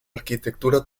arquitectura